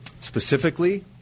Specifically